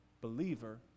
believer